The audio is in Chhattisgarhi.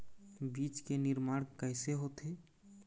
बीज के निर्माण कैसे होथे?